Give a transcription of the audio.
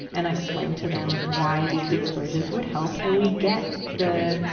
and i explain to them why these exposures would help. and we get the,